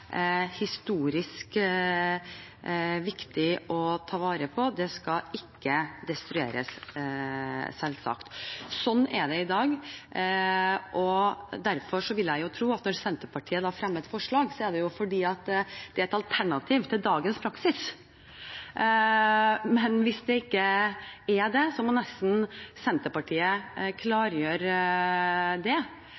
historisk viktig å ta vare på, skal selvsagt ikke destrueres. Sånn er det i dag, og derfor vil jeg tro at når Senterpartiet fremmer et forslag, er det fordi det er et alternativ til dagens praksis. Men hvis det ikke er det, må nesten Senterpartiet